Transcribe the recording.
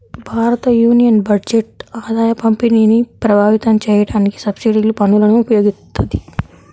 భారతయూనియన్ బడ్జెట్ ఆదాయపంపిణీని ప్రభావితం చేయడానికి సబ్సిడీలు, పన్నులను ఉపయోగిత్తది